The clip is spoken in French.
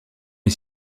est